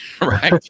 Right